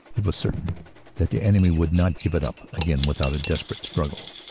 it was certain that the enemy would not give it up again without a desperate struggle.